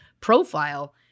profile